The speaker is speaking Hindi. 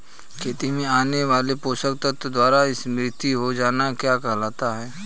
खेतों में आने वाले पोषक तत्वों द्वारा समृद्धि हो जाना क्या कहलाता है?